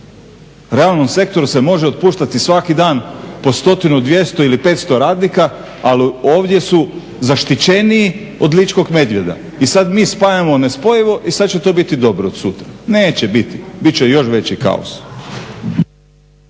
realnom sektoru se može otpuštati svaki dan po 100, 200 ili 500 radnika, ali ovdje su zaštićeniji od ličkog medvjeda. I sad mi spajamo nespojivo i sad će to biti dobro od sutra. Neće biti, bit će još veći kaos.